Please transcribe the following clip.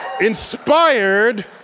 Inspired